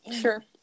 sure